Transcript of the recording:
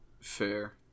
Fair